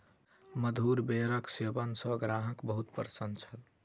मधुर बेरक सेवन सॅ ग्राहक बहुत प्रसन्न छल